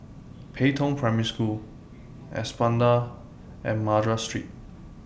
Pei Tong Primary School Espada and Madras Street